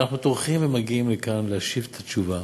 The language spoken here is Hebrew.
ואנחנו טורחים ומגיעים לכאן להשיב את התשובה,